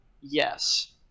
yes